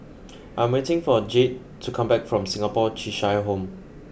I'm waiting for Jayde to come back from Singapore Cheshire Home